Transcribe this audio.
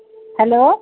hello